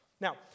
Now